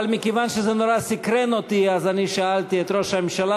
אבל מכיוון שזה נורא סקרן אותי אז אני שאלתי את ראש הממשלה,